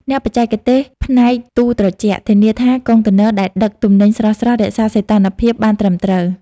អ្នកបច្ចេកទេសផ្នែកទូរត្រជាក់ ធានាថាកុងតឺន័រដែលដឹកទំនិញស្រស់ៗរក្សាសីតុណ្ហភាពបានត្រឹមត្រូវ។